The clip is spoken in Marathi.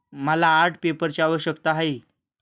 मला आर्ट पेपरची आवश्यकता आहे